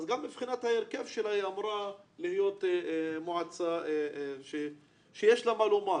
אז גם מבחינת ההרכב שלה היא אמורה להיות מועצה שיש לה מה לומר